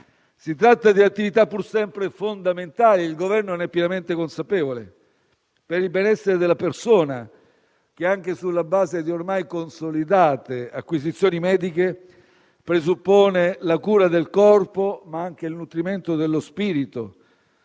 si tratta di attività pur sempre fondamentali - e il Governo ne è pienamente consapevole - per il benessere della persona che, anche sulla base di ormai consolidate acquisizioni mediche, presuppone la cura del corpo, ma anche il nutrimento dello spirito.